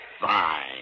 Fine